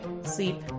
sleep